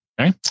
Okay